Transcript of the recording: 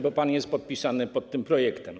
Bo pan jest podpisany pod tym projektem.